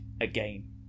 again